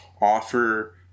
offer